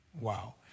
Wow